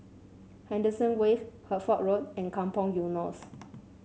Henderson Wave Hertford Road and Kampong Eunos